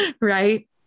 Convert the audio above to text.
Right